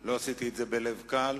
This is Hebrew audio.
לא עשיתי את זה בלב קל,